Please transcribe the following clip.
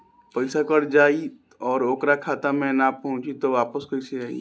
पईसा कट जाई और ओकर खाता मे ना पहुंची त वापस कैसे आई?